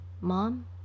Mom